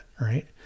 right